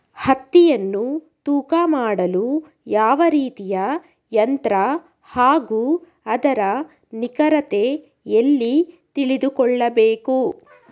ಹತ್ತಿಯನ್ನು ತೂಕ ಮಾಡಲು ಯಾವ ರೀತಿಯ ಯಂತ್ರ ಹಾಗೂ ಅದರ ನಿಖರತೆ ಎಲ್ಲಿ ತಿಳಿದುಕೊಳ್ಳಬೇಕು?